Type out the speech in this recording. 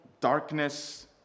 darkness